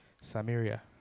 Samaria